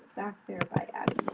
back there by adding